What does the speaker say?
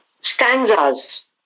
stanzas